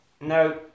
No